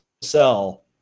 sell